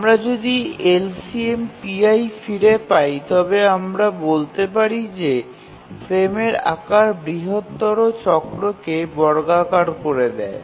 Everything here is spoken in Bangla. আমরা যদি LCM ফিরে পাই তবে আমরা বলতে পারি যে ফ্রেমের আকার বৃহত্তর চক্রকে বর্গাকার করে দেয়